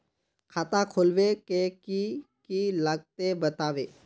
खाता खोलवे के की की लगते बतावे?